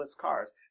cars